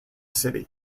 city